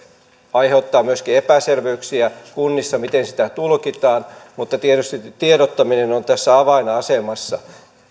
aiheuttaa myöskin epäselvyyksiä kunnissa miten sitä tulkitaan mutta tietysti tiedottaminen on tässä avainasemassa